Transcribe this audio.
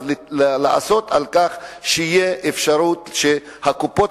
אז לעשות כך שתהיה אפשרות שהקופות